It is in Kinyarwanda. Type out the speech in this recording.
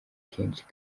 kenshi